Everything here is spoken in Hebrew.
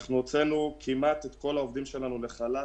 אנחנו הוצאנו כמעט את כל העובדים שלנו לחל"ת,